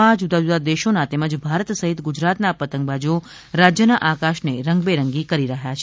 આ પતંગ મહોત્સવમાં જૂદા જૂદા દેશોના તેમજ ભારત સહિત ગુજરાતના પતંગબાજો રાજ્યના આકાશને રંગબેરંગી કરી રહ્યા છે